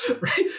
Right